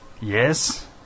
Yes